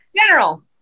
General